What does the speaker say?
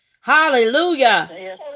Hallelujah